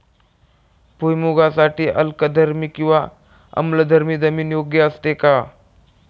भुईमूगासाठी अल्कधर्मी किंवा आम्लधर्मी जमीन योग्य असते का?